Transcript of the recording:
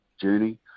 journey